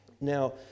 Now